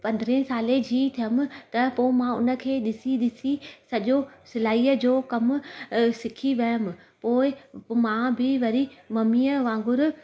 पंद्रहं साल जी थियमि त पो मां उनखे ॾिसी ॾिसी सजो सिलाईअ जो कमु सिखी वियमि पोइ पोइ मां बि वरी मम्मीअ वांगुरु